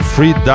Free